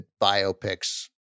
biopics